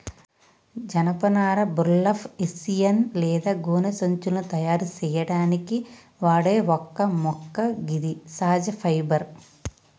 జనపనార burlap, hessian లేదా గోనె సంచులను తయారు సేయడానికి వాడే ఒక మొక్క గిది సహజ ఫైబర్